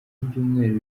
ibyumweru